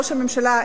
ראש הממשלה,